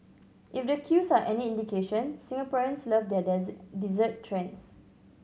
if the queues are any indication Singaporeans love their dessert trends